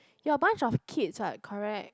we are a bunch of kids right correct